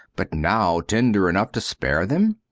but now tender enough to spare them?